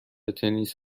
تنیس